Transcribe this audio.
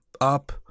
up